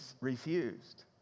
refused